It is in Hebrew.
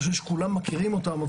כולם מכירים אותן,